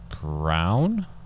Brown